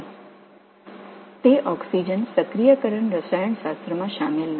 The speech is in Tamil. அவை ஆக்ஸிஜன் செயல்படுத்தும் வேதியியலில் ஈடுபடவில்லை